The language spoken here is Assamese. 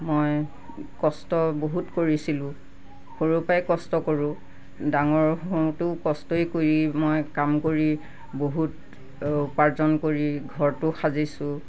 মই কষ্ট বহুত কৰিছিলোঁ সৰু পৰাই কষ্ট কৰোঁ ডাঙৰ হওতেও কষ্টয়ে কৰি মই কাম কৰি বহুত উপাৰ্জন কৰি ঘৰটো সাজিছোঁ